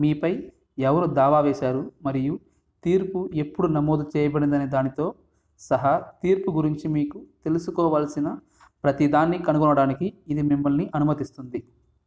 మీపై ఎవరు దావా వేసారు మరియు తీర్పు ఎప్పుడు నమోదు చేయబడిందనే దానితో సహా తీర్పు గురించి మీకు తెలుసుకోవాల్సిన ప్రతి దాన్ని కనుగొనడానికి ఇది మిమ్మల్ని అనుమతిస్తుంది